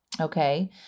Okay